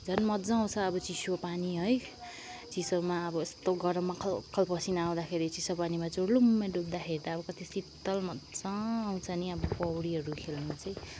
झन् मज्जा आउँछ अब चिसो पानी है चिसोमा अब यस्तो गरममा खलखल पसिना आउँदाखेरि चिसो पानीमा चुर्लुम्मै डुब्दाखेरि त अब कति शीत्तल मज्जा आउँछ नि अब पौडीहरू खेल्नु चाहिँ